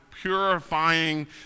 purifying